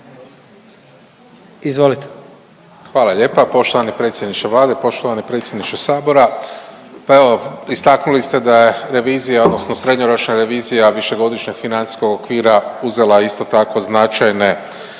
(HDZ)** Hvala lijepa. Poštovani predsjedniče Vlade, poštovani predsjedniče Sabora. Pa evo istaknuli ste da je revizija odnosno srednjoročna revizija višegodišnjeg financijskog okvira uzela je isto tako značajne